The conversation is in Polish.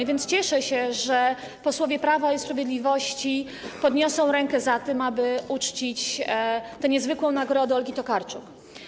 Tak więc cieszę się, że posłowie Prawa i Sprawiedliwości podniosą rękę za tym, aby uczcić tę niezwykłą nagrodę Olgi Tokarczuk.